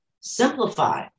Simplify